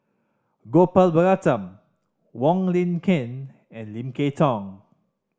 Gopal Baratham Wong Lin Ken and Lim Kay Tong